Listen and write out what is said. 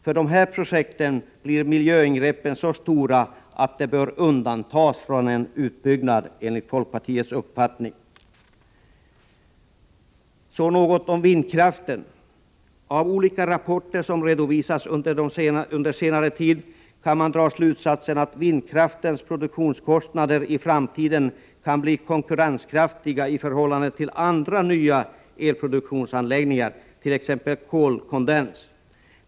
För dessa projekt blir miljöingreppen så stora att de bör undantas från utbyggnad enligt folkpartiets uppfattning. Därefter något om vindkraften. Av olika rapporter som redovisats under senare tid kan man dra slutsatsen att vindkraftens produktionskostnader i framtiden kan bli konkurrenskraftiga i förhållande till andra nya elproduktionsanläggningar — t.ex. kolkondens.